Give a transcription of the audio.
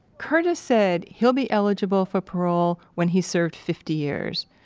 curtis said he'll be eligible for parole when he's served fifty years.